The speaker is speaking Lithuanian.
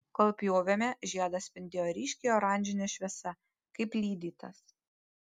kol pjovėme žiedas spindėjo ryškiai oranžine šviesa kaip lydytas